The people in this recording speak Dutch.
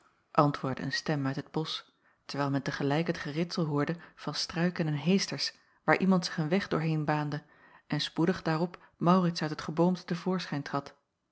antwoordde een stem uit het bosch terwijl men te gelijk het geritsel hoorde van struiken en heesters waar iemand zich een weg doorheen baande en spoedig daarop maurits uit het geboomte te voorschijn trad